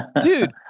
Dude